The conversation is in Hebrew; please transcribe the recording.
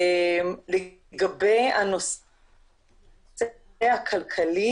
לגבי הנושא הכלכלי